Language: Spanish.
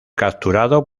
capturado